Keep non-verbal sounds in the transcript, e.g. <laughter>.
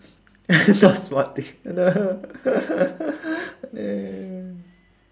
<noise> smart thing oh no <laughs> oh no